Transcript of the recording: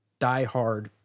diehard